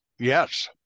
Yes